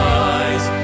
eyes